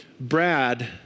Brad